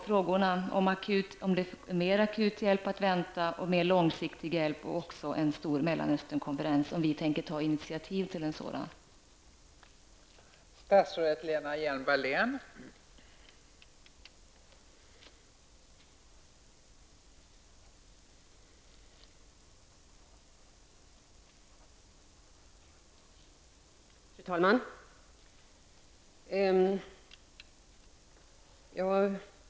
Frågorna var alltså om det är mer akut hjälp att vänta, mer långsiktig hjälp och om Sverige tänker ta initiativ till en stor Mellanösternkonferens.